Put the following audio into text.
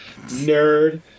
Nerd